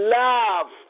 love